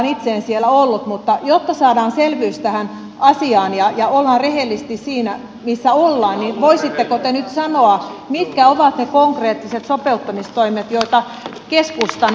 itse en siellä ollut mutta jotta saadaan selvyys tähän asiaan ja ollaan rehellisesti siinä missä ollaan niin voisitteko te nyt sanoa mitkä ovat ne konkreettiset sopeuttamistoimet joita keskustan eduskuntaryhmä kannattaa